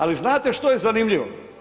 Ali znate što je zanimljivo?